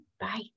Bye